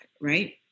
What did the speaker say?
right